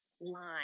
line